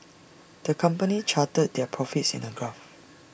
the company charted their profits in A graph